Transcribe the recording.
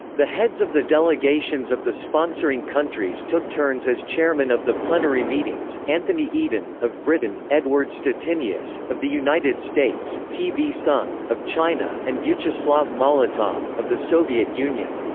the heads of the delegations of the sponsoring countries took turns as chairman of the plenary meetings anthony eden, of britain, edward stettinius, of the united states, t. t. v. soong, of china, and vyacheslav molotov, of the soviet union.